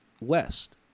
West